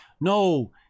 No